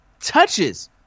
touches